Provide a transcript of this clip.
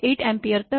8 ampere आहे